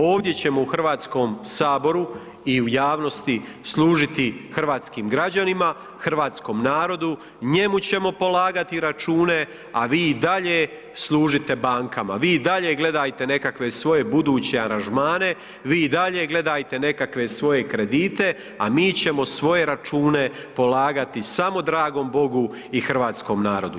Ovdje ćemo u HS i u javnosti služiti hrvatskim građanima, hrvatskom narodu, njemu ćemo polagati račune, a vi i dalje služite bankama, vi i dalje gledajte nekakve svoje buduće aranžmane, vi i dalje gledajte nekakve svoje kredite, a mi ćemo svoje račune polagati samo dragom Bogu i hrvatskom narodu.